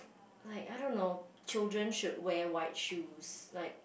like I don't know children should wear white shoes like